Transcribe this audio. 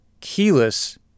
keyless